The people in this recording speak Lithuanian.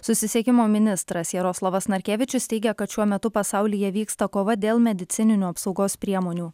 susisiekimo ministras jaroslavas narkevičius teigia kad šiuo metu pasaulyje vyksta kova dėl medicininių apsaugos priemonių